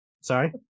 sorry